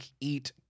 eat